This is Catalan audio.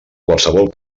qualsevol